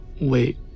Wait